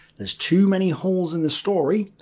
there's too many holes in the story,